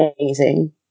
amazing